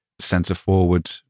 centre-forward